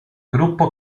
gruppo